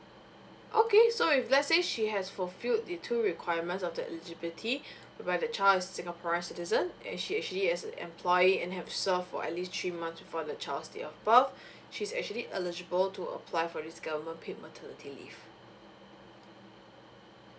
okay so if let's say she has fulfilled the two requirements of the eligibility where the child is singaporean citizen and she actually as a employee and have served for at least three months before the child's date of birth she's actually eligible to apply for this government paid maternity leave